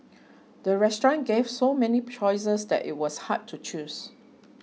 the restaurant gave so many choices that it was hard to choose